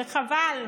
וחבל.